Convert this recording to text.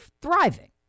thriving